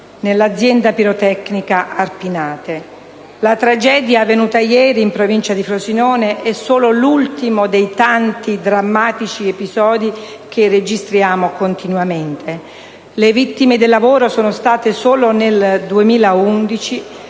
nell'azienda «Pirotecnica Arpinate». La tragedia avvenuta ieri in Provincia di Frosinone è solo l'ultimo dei tanti drammatici episodi che registriamo continuamente. Le vittime del lavoro sono state solo nel 2011